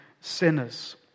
sinners